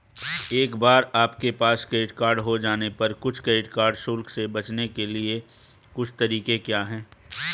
एक बार आपके पास क्रेडिट कार्ड हो जाने पर कुछ क्रेडिट कार्ड शुल्क से बचने के कुछ तरीके क्या हैं?